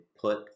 put